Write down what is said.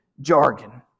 jargon